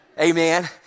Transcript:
Amen